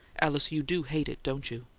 alice, you do hate it, don't you!